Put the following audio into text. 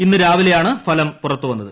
ഇന്ന് രാവിലെയാണ് ഫലം പുറത്തു വന്നത്